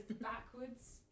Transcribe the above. backwards